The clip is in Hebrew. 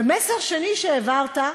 ומסר שני שהעברת,